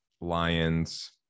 Lions